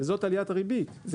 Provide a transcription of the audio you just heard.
אבל זאת עליית הריבית.